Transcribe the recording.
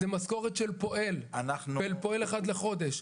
זה משכורת של פועל אחד לחודש.